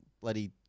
bloody